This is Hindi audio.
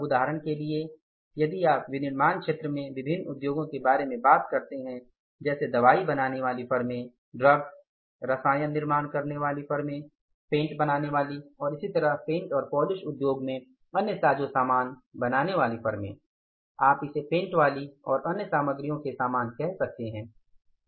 अब उदाहरण के लिए यदि आप विनिर्माण क्षेत्र में विभिन्न उद्योगों के बारे में बात करते हैं जैसे दवाई बनाने वाली फर्में ड्रग्स रसायन निर्माण करने वाली फर्में पेंट्स बनाने वाली और इसी तरह पेंट और पौलिश उद्योग में अन्य साजो सामान बनानेवाली फर्में आप इसे पेंटवाली और अन्य सामग्रियों के समान कह सकते हैं